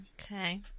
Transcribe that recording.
Okay